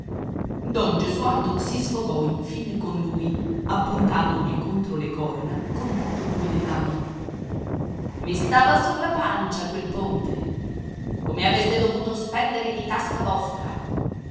don gesualdo si sfogò infine con lui appuntandogli contro le corna con tutt'e due le mani i stava sulla pancia quel ponte come aveste dovuto spendere di tasca vostra